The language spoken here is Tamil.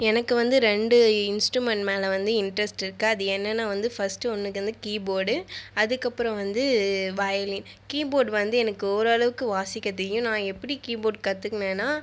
எனக்கு வந்து இரண்டு இன்ஸ்டூமெண்ட் மேலே வந்து இன்ட்ரெஸ்ட் இருக்கா அது என்னென்ன வந்து ஃபஸ்ட் ஒன்றுக்கு வந்து கீபோடு அதுக்கப்புறம் வந்து வயலின் கீபோட் வந்து எனக்கு ஓரளவுக்கு வாசிக்க தெரியும் நான் எப்படி கீபோட் கற்றுக்குனனா